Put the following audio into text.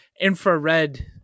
infrared